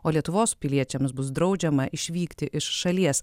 o lietuvos piliečiams bus draudžiama išvykti iš šalies